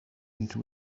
into